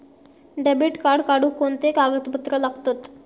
Debit card काढुक कोणते कागदपत्र लागतत?